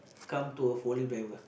come to a forklift dirver